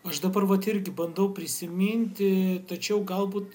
aš dabar vat irgi bandau prisiminti tačiau galbūt